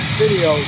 video